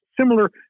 similar